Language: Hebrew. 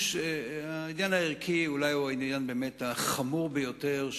העניין הערכי הוא אולי העניין החמור ביותר,